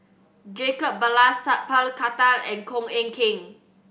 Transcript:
Jacob Ballas Sat Pal Khattar and Koh Eng Kian